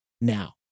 now